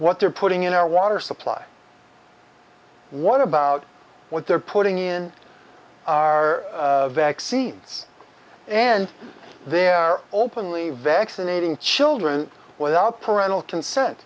what they're putting in our water supply what about what they're putting in our vaccines and they're openly vaccinating children without parental consent